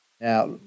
Now